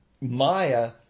maya